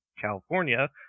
California